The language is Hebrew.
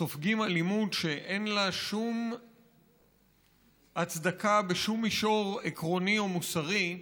סופגים אלימות שאין לה שום הצדקה בשום מישור עקרוני או מוסרי,